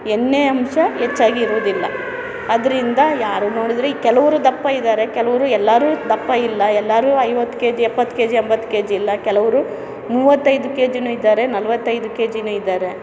ಎಣ್ಣೆ ಅಂಶ ಹೆಚ್ಚಾಗಿ ಇರುವುದಿಲ್ಲ ಅದರಿಂದ ಯಾರು ನೋಡಿದರೂ ಈ ಕೆಲವರು ದಪ್ಪ ಇದ್ದಾರೆ ಕೆಲವರು ಎಲ್ಲರೂ ದಪ್ಪಯಿಲ್ಲ ಎಲ್ಲರೂ ಐವತ್ತು ಕೆ ಜಿ ಎಪ್ಪತ್ತು ಕೆ ಜಿ ಎಂಬತ್ತು ಕೆ ಜಿ ಇಲ್ಲ ಕೆಲವರು ಮೂವತ್ತೈದು ಕೆ ಜಿನು ಇದ್ದಾರೆ ನಲವತ್ತೈದು ಕೆ ಜಿನು ಇದ್ದಾರೆ